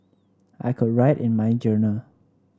I could write in my journal